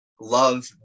Love